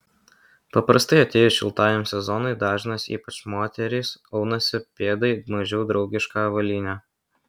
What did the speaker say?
paprastai atėjus šiltajam sezonui dažnas ypač moterys aunasi pėdai mažiau draugišką avalynę